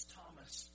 Thomas